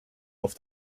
off